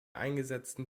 eingesetzten